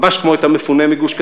ממש כמו את המפונה מגוש-קטיף